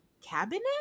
cabinet